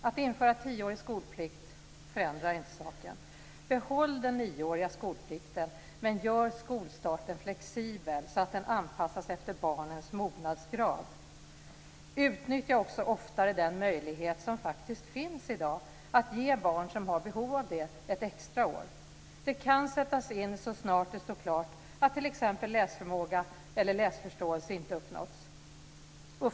Att införa tioårig skolplikt förändrar inte saken. Behåll den nioåriga skolplikten, men gör skolstarten flexibel så att den anpassar sig efter barnens mognadsgrad. Utnyttja också oftare den möjlighet som faktiskt finns i dag att ge barn som har behov av det ett extra år. Det kan sättas in så snart det står klart att t.ex. läsförmåga eller läsförståelse inte uppnåtts.